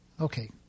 okay